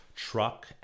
truck